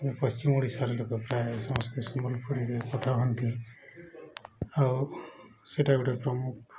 ପଶ୍ଚିମ ଓଡ଼ିଶାର ଲୋକ ପ୍ରାୟ ସମସ୍ତେ ସମ୍ବଲପୁରୀରେ କଥା ହୁଅନ୍ତି ଆଉ ସେଇଟା ଗୋଟେ ପ୍ରମୁଖ